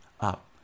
up